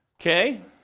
Okay